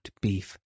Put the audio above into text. beef